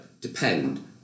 depend